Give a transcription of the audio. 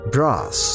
Brass